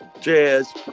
Cheers